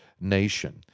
nation